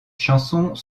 chansons